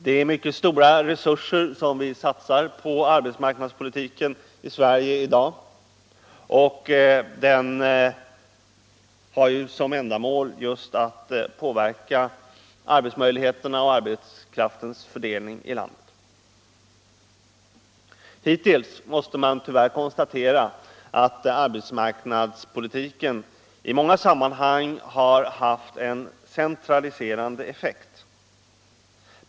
Det är mycket stora resurser som vi satsar på arbetsmarknadspolitiken i Sverige i dag, och den har ju som ändamål just att påverka arbetsmöjligheterna och arbetskraftens fördelning i landet. Hittills måste man dock tyvärr konstatera att arbetsmarknadspolitiken i många sammanhang har haft en centraliserande effekt.